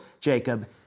Jacob